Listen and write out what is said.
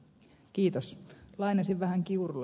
kiitos lainasi vähän kiuru